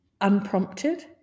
unprompted